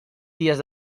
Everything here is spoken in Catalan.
dies